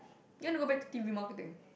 you want to go back to T_V marketing